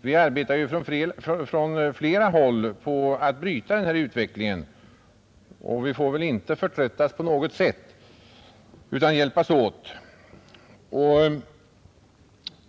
Vi arbetar ju från flera håll för att bryta denna utveckling; vi får inte förtröttas utan måste hjälpas åt.